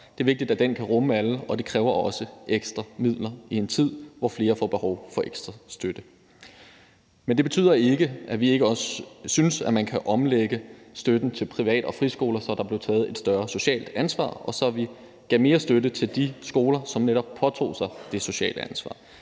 Det er vigtigt, at den kan rumme alle, og det kræver også ekstra midler i en tid, hvor flere får behov for ekstra støtte. Men det betyder ikke, at vi ikke også synes, at man kan omlægge støtten til privat- og friskoler, så der bliver taget et større socialt ansvar, og så vi gav mere støtte til de skoler, som netop påtog sig det sociale ansvar;